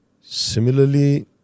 Similarly